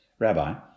Rabbi